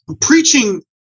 preaching